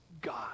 God